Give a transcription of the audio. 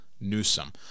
Newsom